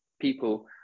people